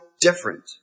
different